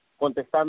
contestando